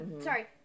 sorry